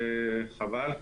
וחבל,